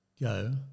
go